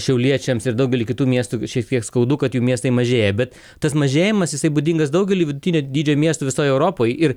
šiauliečiams ir daugely kitų miestų šiek tiek skaudu kad jų miestai mažėja bet tas mažėjimas jisai būdingas daugeliui vidutinio dydžio miestų visoj europoj ir